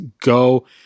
go